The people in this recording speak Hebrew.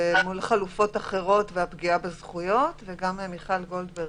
מול הפגיעה בזכויות ואל מול החלופות האחרות.